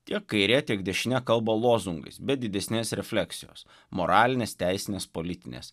tiek kairė tiek dešinė kalba lozungais be didesnės refleksijos moralinės teisinės politinės